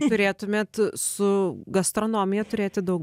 turėtumėt su gastronomija turėti daug